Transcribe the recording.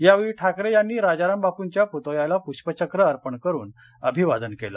यावेळी ठाकरे यांनी राजाराम बापूंच्या पुतळ्याला पुष्पचक्र अर्पण करून अभिवादन केलं